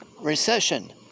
recession